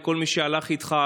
לכל מי שהלך איתך,